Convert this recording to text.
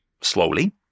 slowly